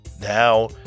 Now